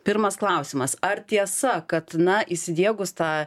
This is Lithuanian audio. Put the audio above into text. pirmas klausimas ar tiesa kad na įsidiegus tą